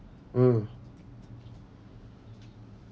mm